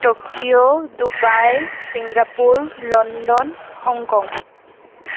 Tokyo Dubai Singapore London Hong Kong